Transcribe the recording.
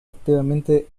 activamente